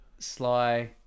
Sly